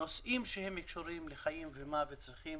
נושאים שקשורים לחיים ומוות צריכים